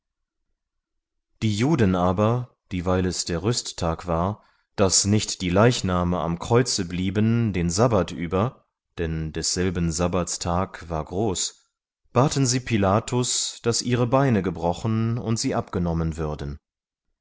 die juden aber dieweil es der rüsttag war daß nicht die leichname am kreuze blieben den sabbat über denn desselben sabbats tag war groß baten sie pilatus daß ihre beine gebrochen und sie abgenommen würden